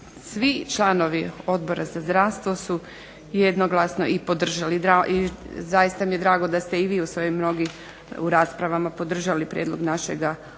svi članovi Odbora za zdravstvo su jednoglasno i podržali i zaista mi je drago da ste i vi mnogi u svojim raspravama podržali prijedlog našega odbora.